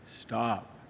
Stop